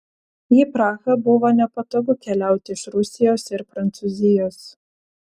į prahą buvo nepatogu keliauti iš rusijos ir prancūzijos